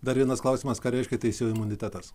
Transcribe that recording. dar vienas klausimas ką reiškia teisėjo imunitetas